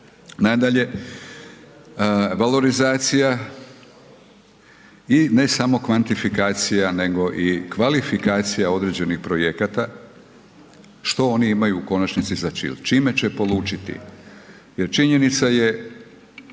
Nadalje, valorizacija i ne samo kvantifikacija nego i kvalifikacija određenih projekata, što oni imaju u konačnici za činiti, čime će polučiti